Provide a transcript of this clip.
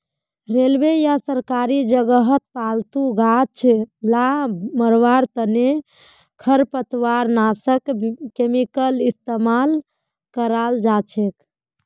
railway या सरकारी जगहत फालतू गाछ ला मरवार तने खरपतवारनाशक केमिकल इस्तेमाल कराल जाछेक